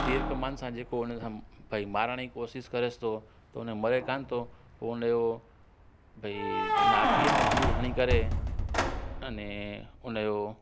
तीर कमान सां जेको उनसां भाई मारण जी कोशिशि करेसि थो त उन मरे कोन्ह थो पोइ उनजो भाई नाभीअ में तीर हणी करे अने उनजो